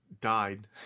died